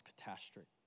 catastrophic